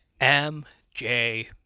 MJ